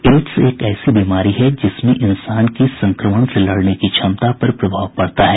ads एक ऐसी बीमारी है जिसमें इंसान की संक्रमण से लड़ने की क्षमता पर प्रभाव पड़ता है